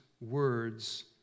words